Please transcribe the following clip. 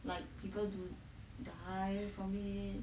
like people do the high for me